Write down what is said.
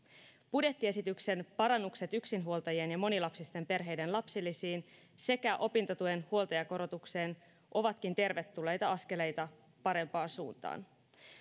budjettiesityksen parannukset yksinhuoltajien ja monilapsisten perheiden lapsilisiin sekä opintotuen huoltajakorotukseen ovatkin tervetulleita askeleita parempaan suuntaan